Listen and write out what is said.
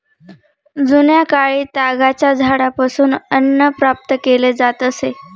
जुन्याकाळी तागाच्या झाडापासून अन्न प्राप्त केले जात असे